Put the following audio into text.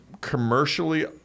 commercially